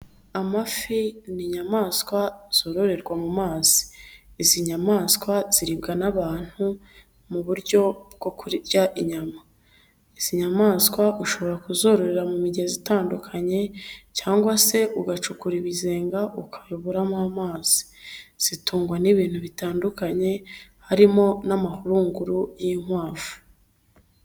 Amafi ni inyamaswa zororerwa mu mazi izi nyamaswa ziribwa n'abantu mu buryo bwo kurya inyama. Izi nyamaswa ushobora kuzororera mu migezi itandukanye cyangwa se ugacukura ibizenga ukayoboramo amazi, zitungwa n'ibintu bitandukanye harimo n'amahurunguru y'inkwavu.